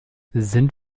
sind